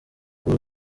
kuza